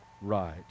right